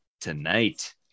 tonight